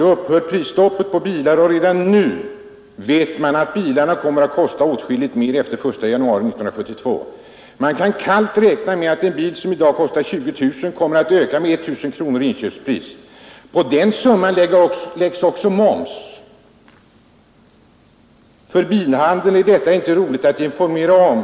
Då upphör prisstoppet på bilar, och redan nu vet man om att bilarna kommer att kosta åtskilligt mer, efter den första januari 1972. Man kan kallt räkna med att en bil som i dag kostar 20 000 kronor kommer att öka med ca 1 000 kronor i inköpspris. På den summan läggs också moms. För bilhandeln är detta inget roligt att informera om.